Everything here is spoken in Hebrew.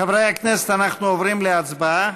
חברי הכנסת, אנחנו עוברים להצבעה.